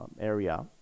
area